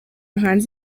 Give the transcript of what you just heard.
hanze